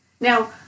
Now